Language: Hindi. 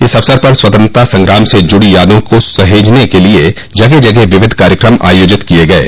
इस अवसर पर स्वतंत्रता संग्राम से जुड़ी यादों को सहेजने के लिए जगह जगह विविध कार्यक्रम आयोजित किये गये